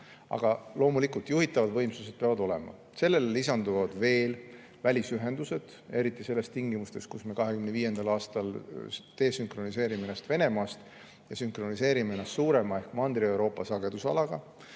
Aga loomulikult, juhitavad võimsused peavad olema. Sellele lisanduvad välisühendused, eriti tingimustes, kus me 2025. aastal desünkroniseerime ennast Venemaast ja sünkroniseerime ennast suurema ehk Mandri-Euroopa sagedusalaga.